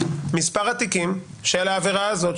מספר התיקים שעל העבירה הזאת,